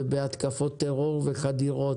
ובהתקפות טרור ובחדירות,